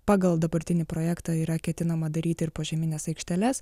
pagal dabartinį projektą yra ketinama daryti ir požemines aikšteles